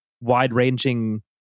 wide-ranging